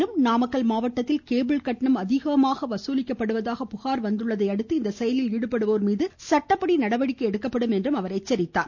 மேலும் நாமக்கல் மாவட்டத்தில் கேபிள் கட்டணம் அதிகமாக வசூலிப்பதாக புகார் வந்துள்ளதையடுத்து இச்செயலில் ஈடுபடுவோர் மீது சட்டப்படி நடவடிக்கை எடுக்கப்படும் என்றார்